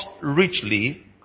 richly